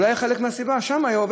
זה אולי חלק מהסיבה שם.